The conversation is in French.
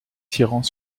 tirant